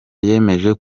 yemeje